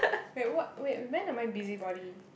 wait what wait when am I busybody